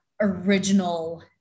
original